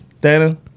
Dana